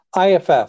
IFF